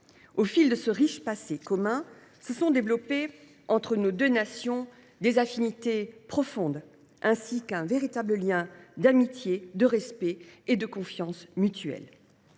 Au fil de ce riche passé commun, se sont développés entre nos deux nations des affinités profondes ainsi que de véritables liens d’amitié, de respect et de confiance mutuels.